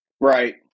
Right